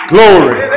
Glory